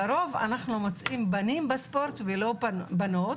לרוב אנחנו מוצאים בנים בספורט ולא בנות.